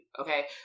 okay